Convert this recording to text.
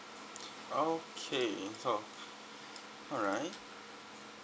okay so alright